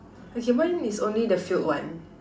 okay mine is only the filled one